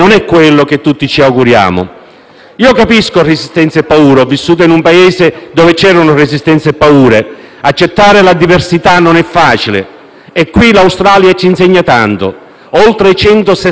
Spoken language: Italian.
Capisco resistenze e paure: ho vissuto in un Paese dove c'erano resistenze e paure; accettare la diversità non è facile. E qui l'Australia ci insegna tanto. Oltre 160 nazionalità diverse